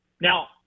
now